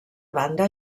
banda